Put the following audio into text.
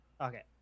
Okay